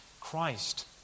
Christ